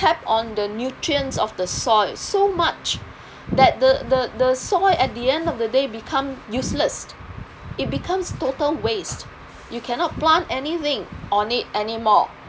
tap on the nutrients of the soil so much that the the the soil at the end of the day become useless it becomes total waste you cannot plant anything on it anymore